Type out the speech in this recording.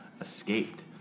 escaped